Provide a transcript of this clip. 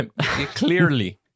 clearly